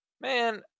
Man